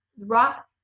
rock